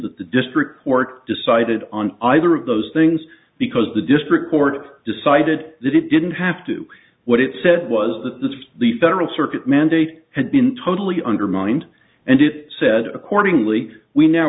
that the district court decided on either of those things because the district court decided that it didn't have to what it said was that this was the federal circuit mandate had been totally undermined and it said accordingly we now